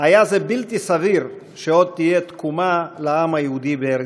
היה זה בלתי סביר שעוד תהיה תקומה לעם היהודי בארץ-ישראל.